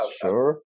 sure